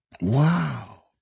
Wow